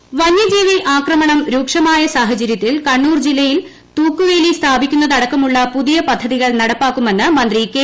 രാജു വന്യജീവി ആക്രമണം രൂക്ഷമായ് സാഹചര്യത്തിൽ കണ്ണൂർ ജില്ലയിൽ തൂക്കുവേലി സ്ഥാപിക്കുന്നതട്ക്കമുള്ള പുതിയ പദ്ധതികൾ നടപ്പാക്കുമെന്ന് മന്ത്രി കെ